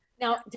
now